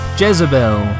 jezebel